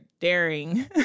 daring